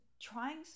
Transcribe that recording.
trying